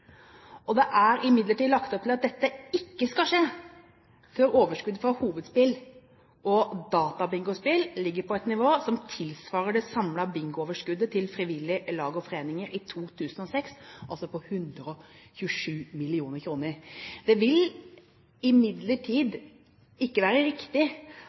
tippenøkkelen. Det er imidlertid lagt opp til at dette ikke skal skje før overskuddet fra hovedspill og databingospill ligger på et nivå som tilsvarer det samlede bingooverskuddet til frivillige lag og foreninger i 2006, altså på 127 mill. kr. Det vil imidlertid ikke være riktig,